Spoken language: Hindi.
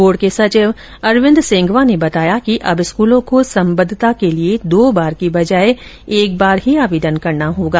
बोर्ड के सचिव अरविंद सेंगवा ने बताया कि अब स्कूलों को संबद्वता के लिए दो बार की बजाय एक बार ही आवेदन करना पड़ेगा